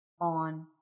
on